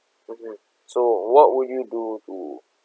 mmhmm so what would you do to